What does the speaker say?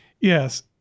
Yes